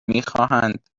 میخواهند